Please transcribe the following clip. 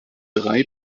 drei